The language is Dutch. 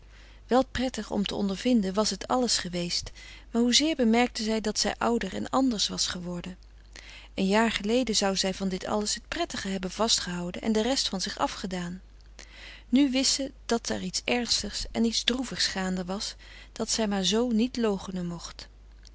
wel prettig om te ondervinden was het alles geweest maar hoezeer bemerkte zij dat zij ouder en anders was geworden een jaar geleden zou zij van dit alles het prettige hebben vastgehouden en de rest van zich frederik van eeden van de koele meren des doods afgedaan nu wist ze dat er iets ernstigs en iets droevigs gaande was dat zij maar z niet loochenen mocht